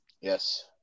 Yes